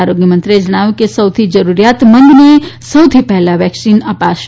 આરોગ્ય મંત્રીએ જણાવ્યું કે સૌથી જરૂરીયાતમંદને સૌથી પહેલા વેકસીન અપાશે